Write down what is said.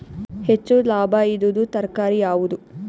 ಹೆಚ್ಚು ಲಾಭಾಯಿದುದು ತರಕಾರಿ ಯಾವಾದು?